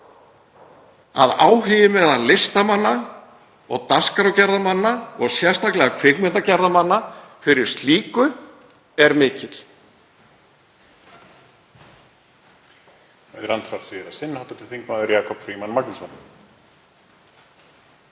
að áhugi meðal listamanna og dagskrárgerðarmanna og sérstaklega kvikmyndagerðarmanna fyrir slíku er mikill.